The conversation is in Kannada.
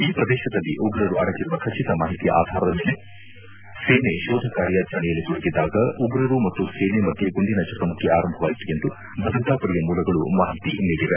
ಈ ಪ್ರದೇಶದಲ್ಲಿ ಉಗ್ರರು ಅಡಗಿರುವ ಖಚಿತ ಮಾಹಿತಿಯ ಆಧಾರದ ಮೇಲೆ ಸೇನೆ ಶೋಧ ಕಾರ್ಯಾಚರಣೆಯಲ್ಲಿ ತೊಡಗಿದಾಗ ಉಗ್ರರು ಮತ್ತು ಸೇನೆ ಮಧ್ಯೆ ಗುಂಡಿನ ಚಕಮಕಿ ಆರಂಭವಾಯಿತು ಎಂದು ಭದ್ರತಾ ಪಡೆಯ ಮೂಲಗಳು ಮಾಹಿತಿ ನೀಡಿವೆ